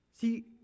See